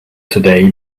today